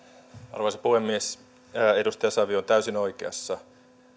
arvoisa puhemies edustaja savio on täysin oikeassa